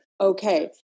okay